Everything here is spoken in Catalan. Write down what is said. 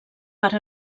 per